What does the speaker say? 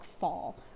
fall